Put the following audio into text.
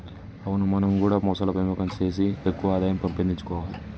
అవును మనం గూడా మొసళ్ల పెంపకం సేసి ఎక్కువ ఆదాయం పెంపొందించుకొవాలే